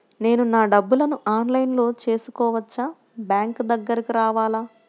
నేను నా డబ్బులను ఆన్లైన్లో చేసుకోవచ్చా? బ్యాంక్ దగ్గరకు రావాలా?